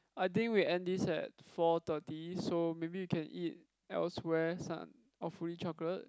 I think we end this at four thirty so maybe we can eat elsewhere sun~ awfully chocolate